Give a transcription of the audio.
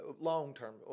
long-term